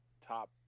top